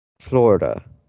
Florida